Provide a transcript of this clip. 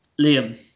Liam